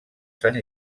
sant